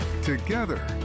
Together